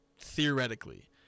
theoretically